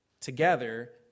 together